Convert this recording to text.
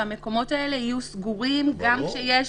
שהמקומות האלה יהיו סגורים גם כשיש פתיחה.